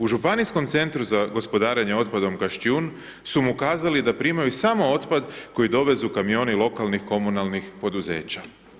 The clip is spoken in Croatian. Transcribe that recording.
U Županijskom centru za gospodarenje otpadom Gaštijun su mu kazali da primaju samo otpad koji dovezu kamioni lokalnih komunalnih poduzeća.